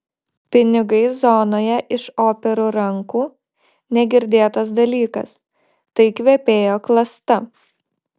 pinigai zonoje iš operų rankų negirdėtas dalykas tai kvepėjo klasta